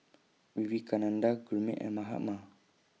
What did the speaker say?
Vivekananda Gurmeet and Mahatma